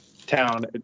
town